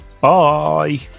bye